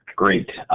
great.